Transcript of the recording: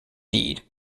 deed